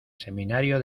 seminario